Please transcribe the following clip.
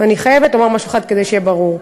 אני חייבת לומר משהו אחד כדי שיהיה ברור: